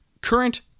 current